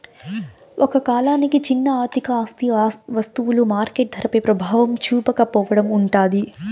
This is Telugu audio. ఒక కాలానికి చిన్న ఆర్థిక ఆస్తి వస్తువులు మార్కెట్ ధరపై ప్రభావం చూపకపోవడం ఉంటాది